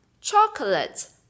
Chocolate